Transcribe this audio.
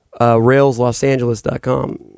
railslosangeles.com